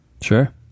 Sure